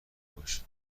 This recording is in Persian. باش